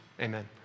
amen